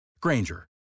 Granger